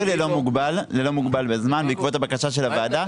ללא מוגבל בזמן בעקבות הבקשה של הוועדה,